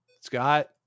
Scott